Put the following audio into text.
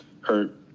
hurt